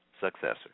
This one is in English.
successor